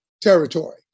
territory